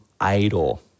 idol